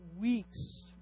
weeks